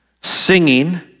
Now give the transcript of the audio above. singing